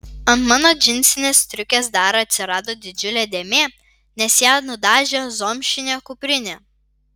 ant mano džinsinės striukės dar atsirado didžiulė dėmė nes ją nudažė zomšinė kuprinė